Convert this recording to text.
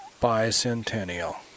bicentennial